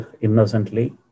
innocently